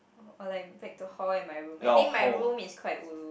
or like back to hall in my room I think my room is quite ulu